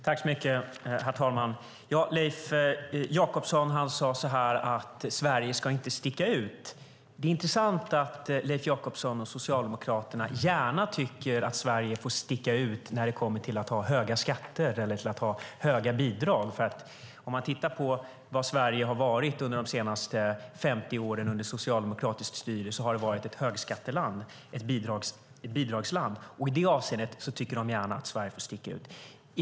Herr talman! Leif Jakobsson sade att Sverige inte ska sticka ut. Det är intressant att Leif Jakobsson och Socialdemokraterna tycker att Sverige gärna får sticka ut när det kommer till att ha höga skatter eller höga bidrag. Om man tittar på vad Sverige har varit under de senaste 50 åren under socialdemokratiskt styre ser man att det har varit ett högskatteland och ett bidragsland. I det avseendet tycker Socialdemokraterna att Sverige gärna får sticka ut.